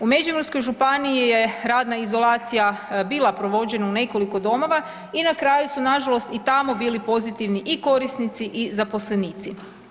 U Međimurskoj županiji je radna izolacija bila provođena u nekoliko domova i na kraju su na žalost i tamo bili pozitivni i korisnici i zaposlenici.